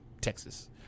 Texas